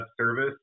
service